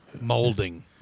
molding